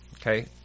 okay